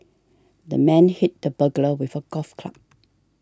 the man hit the burglar with a golf club